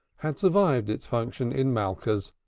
had survived its function in malka's,